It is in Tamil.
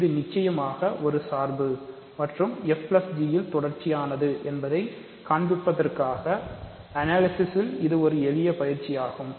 இது நிச்சயமாக ஒரு சார்பு மற்றும் fg உண்மையில் தொடர்ச்சியானது என்பதைக் காண்பிப்பதற்கான பகுப்பாய்வில் இது ஒரு எளிய பயிற்சியாகும்